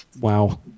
Wow